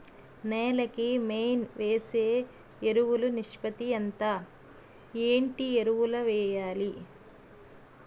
నేల కి మెయిన్ వేసే ఎరువులు నిష్పత్తి ఎంత? ఏంటి ఎరువుల వేయాలి?